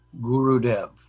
Gurudev